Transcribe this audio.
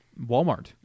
Walmart